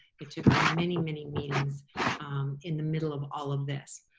it took many, many meetings in the middle of all of this,